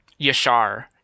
Yashar